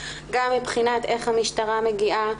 גם מבחינת איך המשטרה מגיעה,